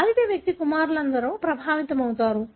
బాధిత వ్యక్తి కుమారులందరూ ప్రభావితమవుతారు